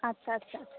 ᱟᱪᱪᱷᱟ ᱟᱪᱪᱷᱟ